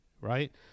right